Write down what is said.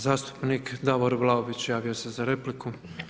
Zastupnik Davor Vlaović javio se za repliku.